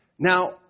Now